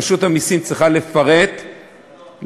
רשות המסים צריכה לפרט למה,